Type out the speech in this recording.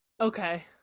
okay